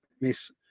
Miss